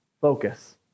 focus